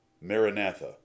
maranatha